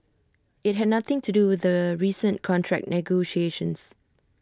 IT had nothing to do with the recent contract negotiations